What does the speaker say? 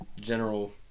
general